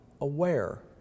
aware